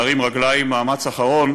להרים רגליים,/ מאמץ אחרון